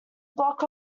block